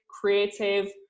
creative